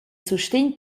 sustegn